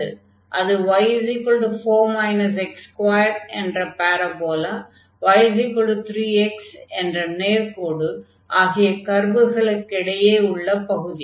அது y 4 x2 என்ற parabola y3x என்ற நேர்க்கோடு ஆகிய கர்வுகளுக்கு இடையே உள்ள பகுதி